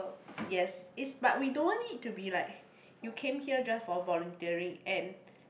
yes is but we don't want it to be like you came here just for volunteering and